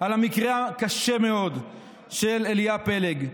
על המקרה הקשה מאוד של אליה פלג,